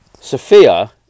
Sophia